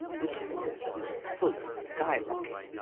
which of course was full of sky-rockets,